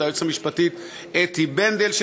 את היועצת המשפטית אתי בנדלר,